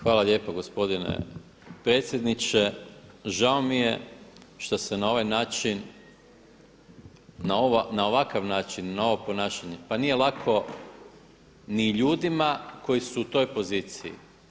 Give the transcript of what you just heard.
Hvala lijepa gospodine potpredsjedniče. žao mi je što se na ovaj način na ovakav način na ovo ponašanje pa nije lako ni ljudima koji su u toj poziciji.